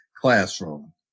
classroom